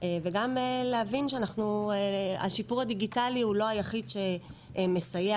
וגם להבין שהשיפור הדיגיטלי הוא לא היחיד שמסייע